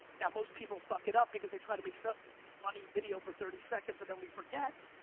now most people fuck it up because they try to make some funny video for thirty seconds and then we forget,